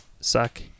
suck